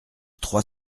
trois